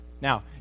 Now